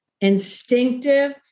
instinctive